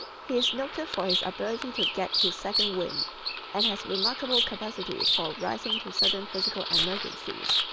he is noted for his ability to get his second wind and has remarkable capacity for rising to sudden physical emergencies.